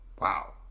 Wow